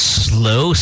slow